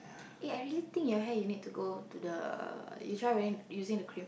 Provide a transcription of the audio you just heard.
eh I really think your hair you need to go to the you try wearing using the cream